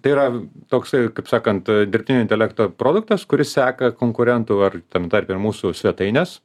tai yra toksai kaip sakant e dirbtinio intelekto produktas kuris seka konkurentų ar tame tarpe ir mūsų svetaines